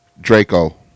Draco